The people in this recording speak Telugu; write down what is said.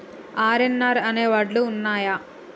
ఆర్.ఎన్.ఆర్ అనే వడ్లు ఉన్నయా?